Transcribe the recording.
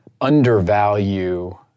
undervalue